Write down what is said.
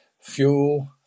fuel